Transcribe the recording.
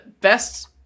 best